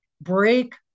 break